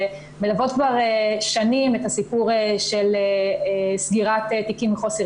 שמלוות כבר שנים את הסיפור של סגירת תיקים מחוסר